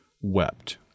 wept